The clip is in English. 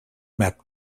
map